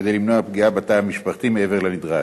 כדי למנוע פגיעה בתא המשפחתי מעבר לנדרש.